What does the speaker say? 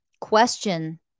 Question